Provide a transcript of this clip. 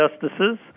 justices